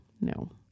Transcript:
no